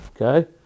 Okay